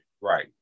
Right